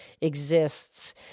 exists